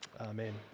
Amen